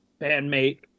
bandmate